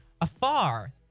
afar